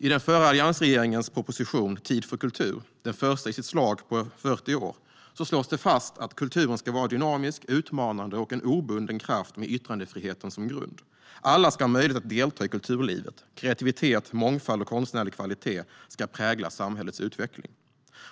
I den förra alliansregeringens proposition Tid för kultur , den första i sitt slag på 40 år, slås det fast att kulturen ska vara en dynamisk, utmanande och obunden kraft med yttrandefriheten som grund. Alla ska ha möjlighet att delta i kulturlivet. Kreativitet, mångfald och konstnärlig kvalitet ska prägla samhällets utveckling.